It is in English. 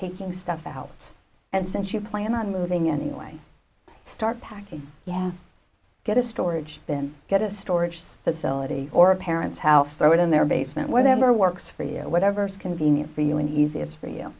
taking stuff out and since you plan on moving anyway start packing yeah get a storage bin get a storage facility or a parent's house throw it in their basement whatever works for you whatever's convenient for you and easiest for you